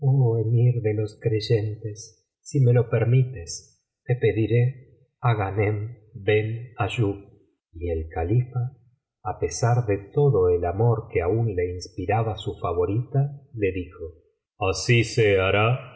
de los creyentes si me lo permites te pediré á ghanem benayub y el califa á pesar de todo el amor que aún le inspiraba su favorita le dijo así se hará